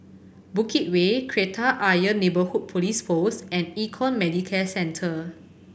Bukit Way Kreta Ayer Neighbourhood Police Post and Econ Medicare Centre